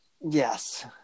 Yes